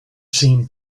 seem